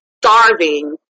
starving